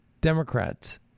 Democrats